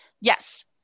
yes